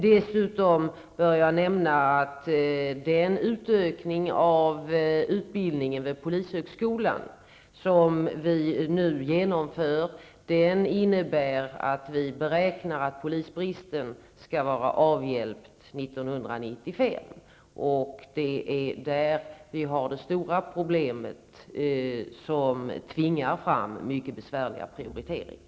Dessutom bör jag nämna att den utökning av utbildningen vid polishögskolan som nu genomförs, innebär att vi beräknar att polisbristen skall vara avhjälpt 1995. Det är där de stora problemen finns som tvingar fram mycket besvärliga prioriteringar.